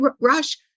Rush